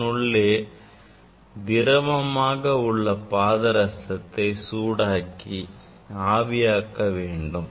இதனுள்ளே திரவமாக உள்ள பாதரசத்தை சூடாக்கி ஆவியாக்க வேண்டும்